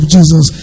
Jesus